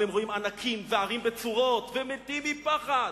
אבל הם רואים ענקים וערים בצורות ומתים מפחד,